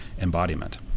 embodiment